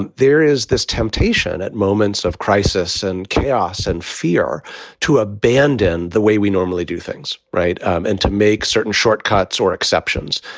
and there is this temptation at moments of crisis and chaos and fear to abandon the way we normally do things right um and to make certain shortcuts or exceptions.